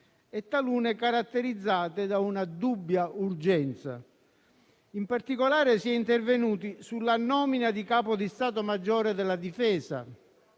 talune caratterizzate da una dubbia urgenza. In particolare, si è intervenuti sulla nomina del Capo di stato maggiore della difesa,